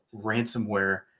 ransomware